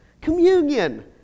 Communion